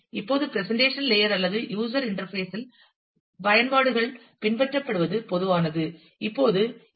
இப்போது presentation layer அல்லது user interface இல் பயன்பாடுகள் பின்பற்றப்படுவது பொதுவானது இப்போது எம்